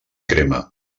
crema